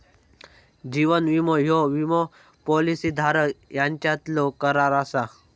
जीवन विमो ह्यो विमो पॉलिसी धारक यांच्यातलो करार असा